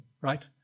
right